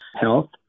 health